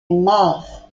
marre